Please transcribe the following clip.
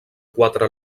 quatre